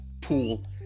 pool